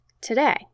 Today